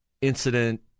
incident